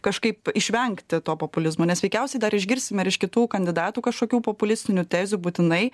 kažkaip išvengti to populizmo nes veikiausiai dar išgirsime ir iš kitų kandidatų kažkokių populistinių tezių būtinai